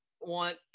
want